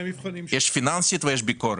יש פיננסית ויש ביקורת.